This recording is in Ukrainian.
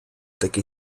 таки